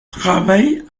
travaille